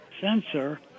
sensor